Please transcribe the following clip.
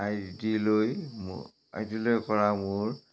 আই D লৈ I D লৈ কৰা মোৰ